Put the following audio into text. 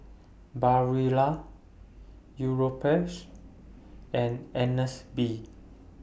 Barilla Europace and Agnes B